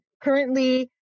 currently